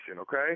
okay